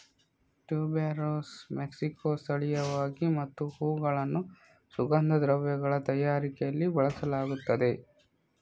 tuberose ಮೆಕ್ಸಿಕೊಕ್ಕೆ ಸ್ಥಳೀಯವಾಗಿದೆ ಮತ್ತು ಹೂವುಗಳನ್ನು ಸುಗಂಧ ದ್ರವ್ಯಗಳ ತಯಾರಿಕೆಯಲ್ಲಿ ಬಳಸಲಾಗುತ್ತದೆ